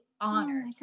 honored